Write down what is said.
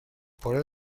poder